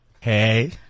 Hey